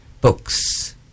books